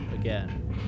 again